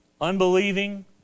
unbelieving